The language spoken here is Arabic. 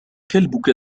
كلبك